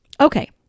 Okay